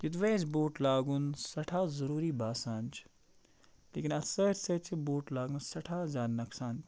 یوٚدوے اَسہِ بوٹ لاگُن سٮ۪ٹھاہ ضٔروٗری باسان چھُ لیکِن اَتھ سۭتۍ سۭتۍ چھِ بوٗٹھ لاگنَس سٮ۪ٹھاہ زیادٕ نۄقصان تہِ